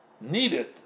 needed